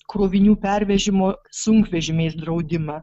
krovinių pervežimo sunkvežimiais draudimą